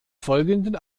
folgenden